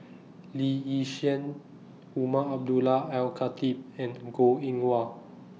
Lee Yi Shyan Umar Abdullah Al Khatib and Goh Eng Wah